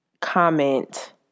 comment